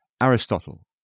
Aristotle